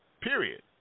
Period